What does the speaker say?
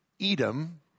Edom